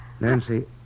Nancy